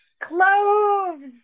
Cloves